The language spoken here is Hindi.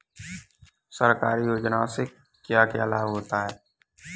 सरकारी योजनाओं से क्या क्या लाभ होता है?